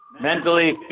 Mentally